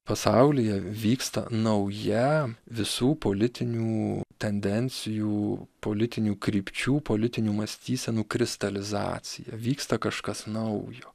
pasaulyje vyksta nauja visų politinių tendencijų politinių krypčių politinių mąstysenų kristalizacija vyksta kažkas naujo